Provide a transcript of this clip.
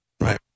Right